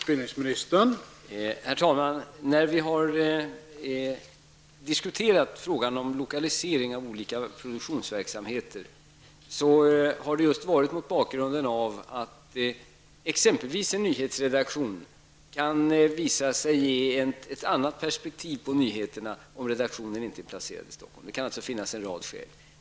Herr talman! När vi har diskuterat frågan om lokalisering av olika produktionsverksamheter har det varit mot bakgrund av att exempelvis en nyhetsredaktion kan visa sig ge ett särskilt perspektiv på nyheterna om redaktionen inte är placerad i Stockholm. Det kan alltså finnas en rad skäl.